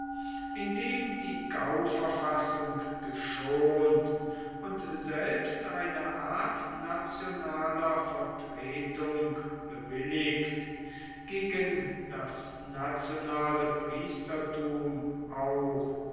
indem die gauverfassung geschont und selbst eine art nationaler vertretung bewilligt gegen das nationale priestertum auch